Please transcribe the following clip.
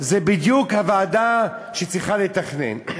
זה בדיוק הוועדה שצריכה לתכנן.